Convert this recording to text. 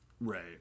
right